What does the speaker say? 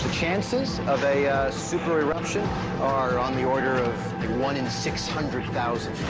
chances of a ah super-eruption are on the order one in six hundred thousand.